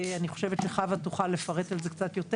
ואני חושבת שחוה תוכל לפרט על זה קצת יותר.